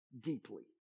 Deeply